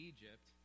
Egypt